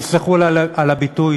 תסלחו לי על הביטוי,